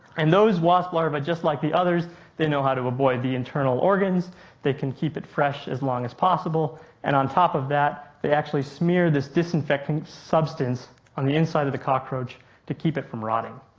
and those wasp larva just like the others they know how to avoid the internal organs they can keep it fresh as long as possible and on top of that, they actually smear this disinfecting substance on the inside of the cockroach to keep it from rotting.